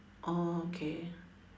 orh okay